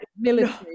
military